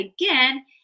again